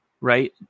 right